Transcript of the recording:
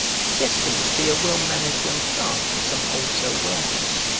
she guessed him to be a well mannered young clerk in some wholesale warehouse,